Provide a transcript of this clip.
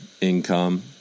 income